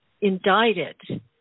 indicted